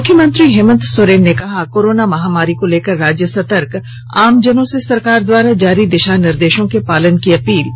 मुख्यमंत्री हेमंत सोरेन ने कहा कोरोना महामारी को लेकर राज्य सतर्क आम जनों से सरकार द्वारा जारी दिशा निर्देशों के पालन करने की अपील की